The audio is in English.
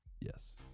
Yes